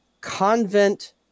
convent